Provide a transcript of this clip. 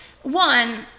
One